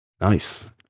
Nice